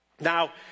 Now